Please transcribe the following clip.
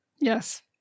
Yes